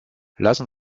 lassen